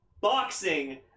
boxing